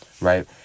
right